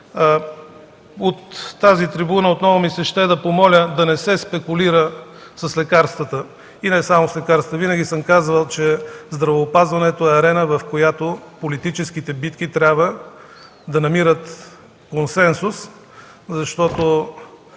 От тази трибуна отново ми се ще да помоля да не се спекулира с лекарствата и не само с лекарствата. Винаги съм казвал, че здравеопазването е арена, в която политическите битки трябва да намират консенсус, защото,